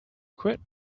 quit